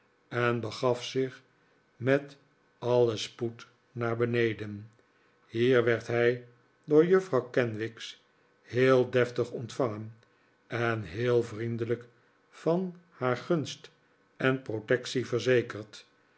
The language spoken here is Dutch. en begat zich met alien spoed naar beneden hier werd hij door juffrouw kenwigs heel deftig ontvangen en heel vriendelijk van haar gunst en protectie yerzekerd